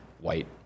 white